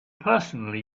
personally